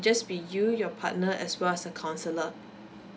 just be you your partner as well as a counsellor